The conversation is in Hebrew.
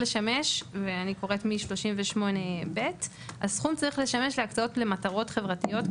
ואני קוראת מ-38(ב) הסכום צריך לשמש להקצאות למטרות חברתיות,